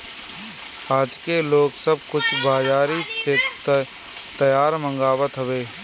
आजके लोग सब कुछ बजारी से तैयार मंगवात हवे